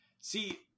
See